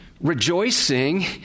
rejoicing